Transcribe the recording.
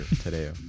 today